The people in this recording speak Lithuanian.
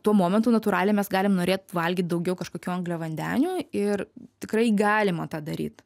tuo momentu natūraliai mes galim norėt valgyt daugiau kažkokių angliavandenių ir tikrai galima tą daryt